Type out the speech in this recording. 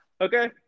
Okay